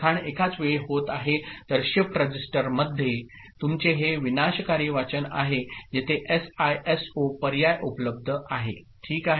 तर शिफ्ट रजिस्टरमध्ये तुमचे हे विनाशकारी वाचन आहे जेथे एसआयएसओ पर्याय उपलब्ध आहे ठीक आहे